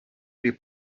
pri